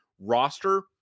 roster –